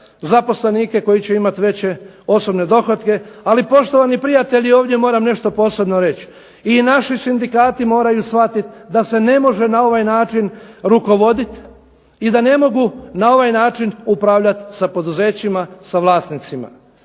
zaposlenike koji će imati veće osobne dohotke, ali poštovani prijatelji ovdje moram nešto posebno reći. I naši sindikati moraju shvatiti da se ne može na ovaj način rukovoditi i da ne mogu na ovaj način upravljati sa poduzećima sa vlasnicima.